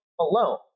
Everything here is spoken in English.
alone